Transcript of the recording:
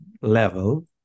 level